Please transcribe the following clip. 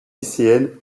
lycéenne